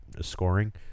scoring